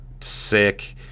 sick